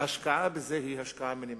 ההשקעה בזה היא השקעה מינימלית.